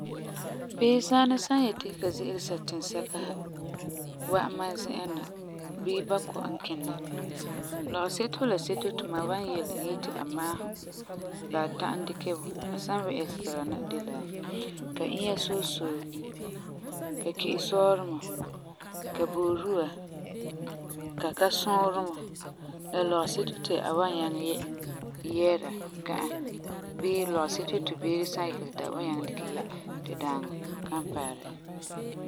Bii saana san yeti ka ze'ele satinsɛka ha wa'am mam zi'an na, bii bakɔi n kini na. Lɔgeseto la seto ti mam wan yele e yeti a maahum la a ta'am dikɛ bu a san wɛ'ɛsera na de la, ka inya soosoo, ka ki'isɔɔremɔ, ka boodua, ka kasuuremɔ la lɔgesetu ti a wan nyaŋɛ yɛɛra gã'a bii lɔgesetu ti beere san yilegɛ ti a wan nyaŋɛ dikɛ yɛ ti daaŋɔ kan paara e.